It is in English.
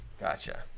Gotcha